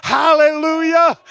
hallelujah